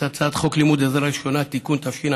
את הצעת חוק לימוד עזרה ראשונה בבתי ספר (תיקון),